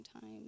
time